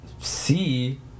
see